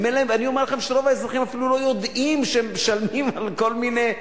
ואני אומר לכם שרוב האזרחים אפילו לא יודעים שהם משלמים על כל מיני,